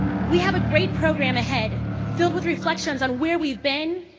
we have a great program ahead filled with reflections on where we've been,